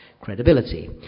credibility